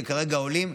שכרגע עולים,